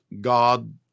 God